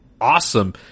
awesome